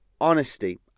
honesty